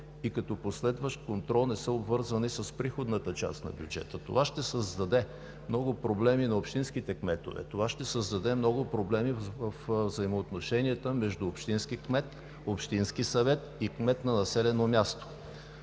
и като последващ контрол с приходната част на бюджета. Това ще създаде много проблеми на общинските кметове. Това ще създаде много проблеми във взаимоотношенията между общински кмет, общински съвет и кмет на населено място.